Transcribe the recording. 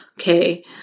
okay